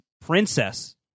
princess